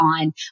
on